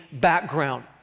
background